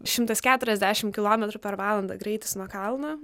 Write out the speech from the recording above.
šimtas keturiasdešimt kilometrų per valandą greitis nuo kalno